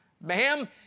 Ma'am